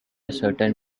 certain